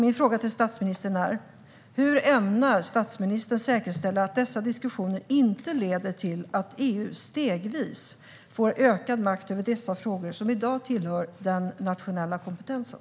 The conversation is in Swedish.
Min fråga till statsministern är: Hur ämnar statsministern säkerställa att dessa diskussioner inte leder till att EU stegvis får ökad makt över dessa frågor, som i dag tillhör den nationella kompetensen?